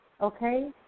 okay